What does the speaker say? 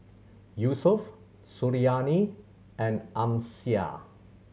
Yusuf Suriani and Amsyar